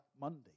Monday